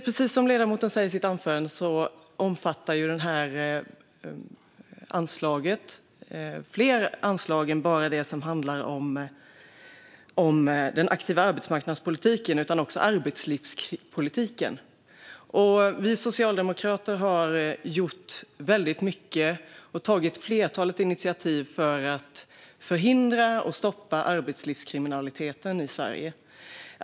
Precis som ledamoten sa i sitt anförande omfattar ju detta anslag inte bara det som handlar om den aktiva arbetsmarknadspolitiken utan också arbetslivspolitiken. Vi socialdemokrater har gjort väldigt mycket och tagit ett flertal initiativ för att förhindra och stoppa arbetslivskriminaliteten i Sverige.